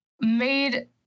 made